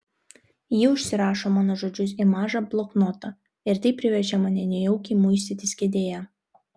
ji užsirašo mano žodžius į mažą bloknotą ir tai priverčia mane nejaukiai muistytis kėdėje